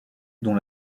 dont